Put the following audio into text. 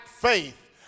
faith